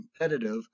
competitive